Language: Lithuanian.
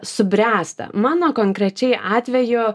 subręsta mano konkrečiai atveju